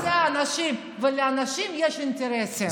ולאנשים יש אינטרסים.